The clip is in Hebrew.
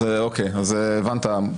אז אוקיי, אז הבנת.